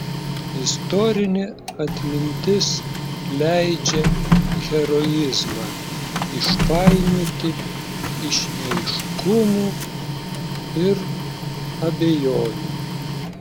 istorinė atmintis leidžia heroizmą išpainioti iš neaiškumų ir abejonių